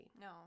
No